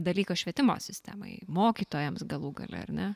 dalykas švietimo sistemai mokytojams galų gale ar ne